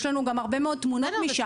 יש לנו גם הרבה מאוד תמונות משם.